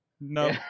No